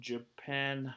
Japan